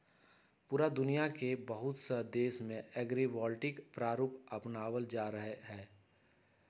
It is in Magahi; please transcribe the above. पूरा दुनिया के बहुत से देश में एग्रिवोल्टिक प्रारूप अपनावल जा रहले है